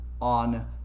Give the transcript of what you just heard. on